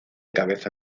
cabeza